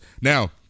Now